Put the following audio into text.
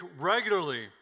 regularly